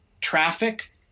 traffic